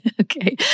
Okay